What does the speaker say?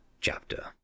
chapter